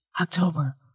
October